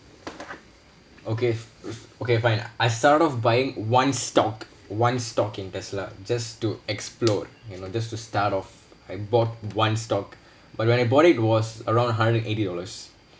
okay okay fine I I start off buying one stock one stock in tesla just to explore you know just to start off I bought one stock but when I bought it was around hundred and eighty dollars